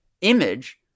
image